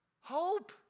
Hope